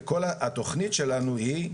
והתכנית שלנו היא,